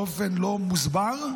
באופן לא מוסבר,